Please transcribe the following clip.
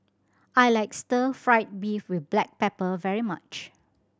I like stir fried beef with black pepper very much